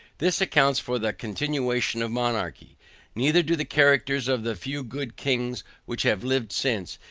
this accounts for the continuation of monarchy neither do the characters of the few good kings which have lived since,